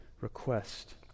request